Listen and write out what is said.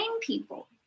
people